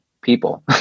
people